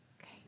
Okay